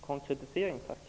Konkretisering, tack!